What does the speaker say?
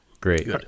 Great